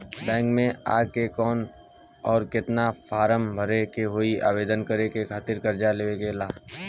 Bank मे आ के कौन और केतना फारम भरे के होयी आवेदन करे के खातिर कर्जा लेवे ला?